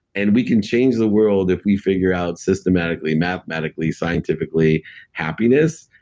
and we can change the world if we figure out systematically, mathematically, scientifically happiness.